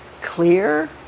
clear